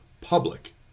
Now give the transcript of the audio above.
public